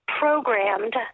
programmed